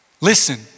listen